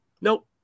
Nope